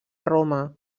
roma